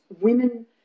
women